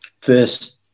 first